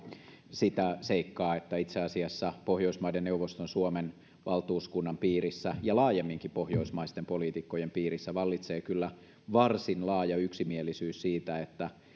sitä seikkaa että itse asiassa pohjoismaiden neuvoston suomen valtuuskunnan piirissä ja laajemminkin pohjoismaisten poliitikkojen piirissä vallitsee kyllä varsin laaja yksimielisyys siitä että